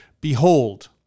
Behold